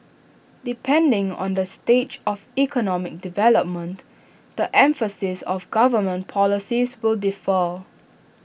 depending on the stage of economic development the emphasis of government policies will differ